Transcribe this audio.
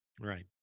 Right